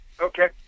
Okay